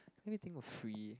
let me think of free